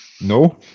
No